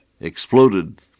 exploded